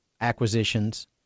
acquisitions